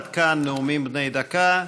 עד כאן נאומים בני דקה.